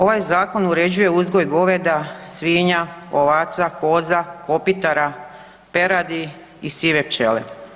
Ovaj zakon uređuje uzgoj goveda, svinja, ovaca, koza, kopitara, peradi i sive pčele.